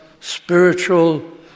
spiritual